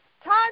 Time